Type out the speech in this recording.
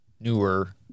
newer